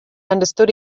understood